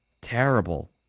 Terrible